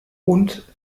und